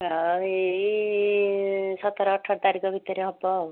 ତ ଏହି ସତର ଅଠର ତାରିଖ ଭିତରେ ହେବ ଆଉ